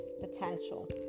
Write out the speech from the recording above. potential